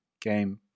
game